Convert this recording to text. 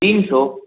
तीन सौ